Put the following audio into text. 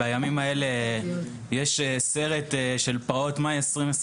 בימים אלה יש סרט על פרעות מאי 2021,